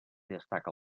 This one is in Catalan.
destaca